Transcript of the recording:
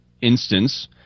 instance